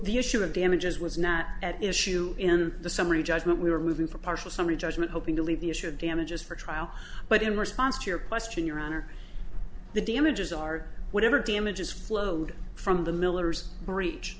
the issue of damages was not at issue in the summary judgment we were moving for partial summary judgment hoping to leave the issue of damages for trial but in response to your question your honor the damages are whatever damages flowed from the